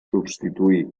substituí